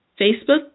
Facebook